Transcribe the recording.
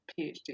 PhD